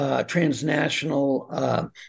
transnational